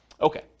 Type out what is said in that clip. Okay